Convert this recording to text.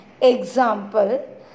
Example